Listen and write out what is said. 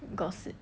gossip